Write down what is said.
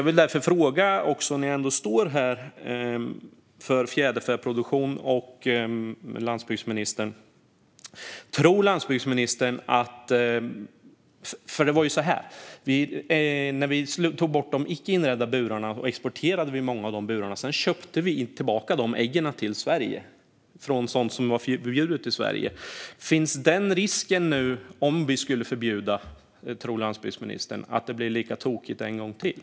När jag ändå står här vill jag ställa en fråga till landsbygdsministern. När vi tog bort de icke inredda burarna exporterade vi ju många av dessa, och sedan köpte vi tillbaka ägg till Sverige från sådant som var förbjudet i Sverige. Tror landsbygdsministern att det finns en risk, om vi nu skulle förbjuda detta, att det blir lika tokigt en gång till?